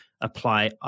apply